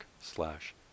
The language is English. slash